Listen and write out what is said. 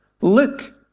Look